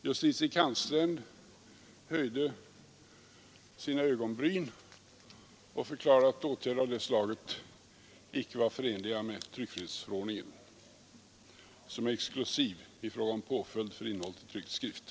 Justitiekanslern höjde sina ögonbryn och förklarade att åtgärder av det slaget icke var förenliga med tryckfrihetsförordningen, som är exklusiv i fråga om påföljd för innehållet i tryckt skrift.